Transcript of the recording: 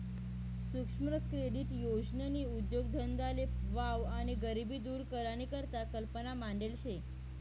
सुक्ष्म क्रेडीट योजननी उद्देगधंदाले वाव आणि गरिबी दूर करानी करता कल्पना मांडेल शे